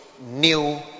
new